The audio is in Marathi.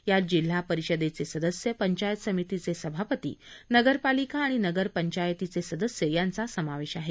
यात जिल्हापरिषदेचे सदस्य पंचायत समितीचे सभापती नगर पालिका आणि नगर पंचायतीचे सदस्य यांचा समावेश आहे